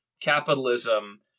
capitalism